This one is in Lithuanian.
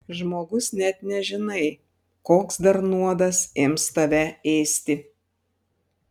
žmogus net nežinai koks dar nuodas ims tave ėsti